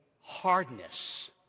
hardness